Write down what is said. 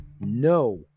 no